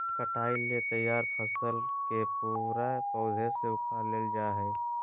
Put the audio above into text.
कटाई ले तैयार फसल के पूरे पौधा से उखाड़ लेल जाय हइ